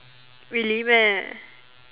really man